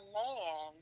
man